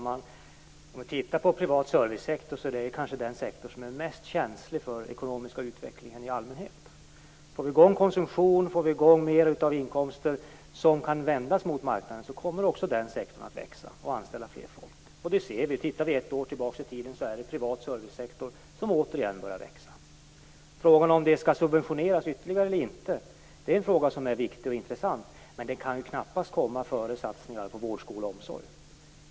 Fru talman! Den privata servicesektorn är kanske den sektor som är mest känslig för den ekonomiska utvecklingen i allmänhet. Får vi i gång konsumtion, får vi i gång mer av inkomster som kan vändas mot marknaden, kommer också den sektorn att växa och anställa fler människor. Och det ser vi. Tittar vi ett år tillbaka i tiden är det den privata servicesektorn som återigen börjar växa. Frågan om den skall subventioneras ytterligare eller inte är viktig och intressant. Men den kan knappast komma före satsningar på vård, skola och omsorg.